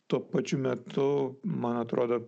tuo pačiu metu man atrodo